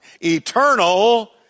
eternal